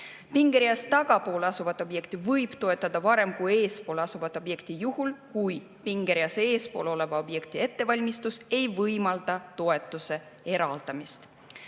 Pingereas tagapool asuvat objekti võib toetada varem kui eespool asuvat objekti juhul, kui pingereas eespool oleva objekti ettevalmistus ei võimalda toetuse eraldamist.